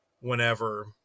whenever